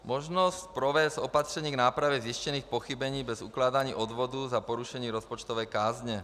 Možnost provést opatření k nápravě zjištěných pochybení bez ukládání odvodů za porušení rozpočtové kázně.